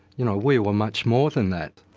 you know we were much more than that.